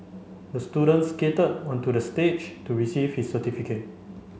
the student skated onto the stage to receive his certificate